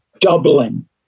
doubling